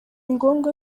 ngombwa